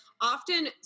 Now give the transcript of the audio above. often